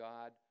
God